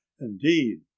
Indeed